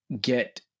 get